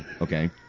Okay